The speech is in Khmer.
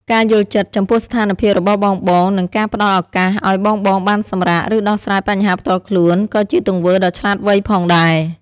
ការយល់ចិត្ត ចំពោះស្ថានភាពរបស់បងៗ និង ការផ្ដល់ឱកាស ឱ្យបងៗបានសម្រាក ឬដោះស្រាយបញ្ហាផ្ទាល់ខ្លួន ក៏ជាទង្វើដ៏ឆ្លាតវៃផងដែរ។